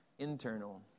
internal